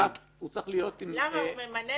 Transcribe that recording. רבותי, הוא דיבר לפני, הוא ידבר אחרי, אל תדאגי.